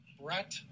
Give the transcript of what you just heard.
Brett